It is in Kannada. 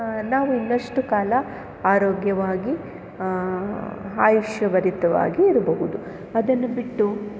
ನಾವು ಇನ್ನಷ್ಟು ಕಾಲ ಆರೋಗ್ಯವಾಗಿ ಆಯುಷ್ಯಭರಿತವಾಗಿ ಇರಬಹುದು ಅದನ್ನು ಬಿಟ್ಟು